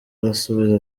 arasubiza